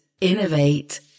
innovate